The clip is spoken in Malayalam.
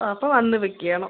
അപ്പം വന്ന് പിക്ക് ചെയ്യണം